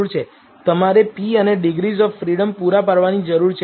તમારે p અને degrees of freedom પૂરા પાડવાની જરૂર છે